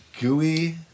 Gooey